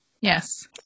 Yes